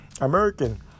American